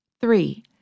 Three